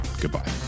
Goodbye